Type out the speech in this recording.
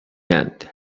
end